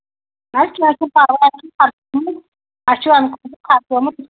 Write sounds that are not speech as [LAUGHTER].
نہٕ حظ کینٛہہ چھُنہٕ پَرواے [UNINTELLIGIBLE] اَسہِ چھُ اَمہِ [UNINTELLIGIBLE] خرچومُت